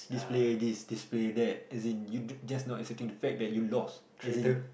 this player this this player that as in you just not accepting the fact that you lost